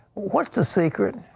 what's the secret?